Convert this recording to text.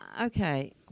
okay